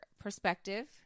perspective